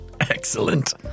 Excellent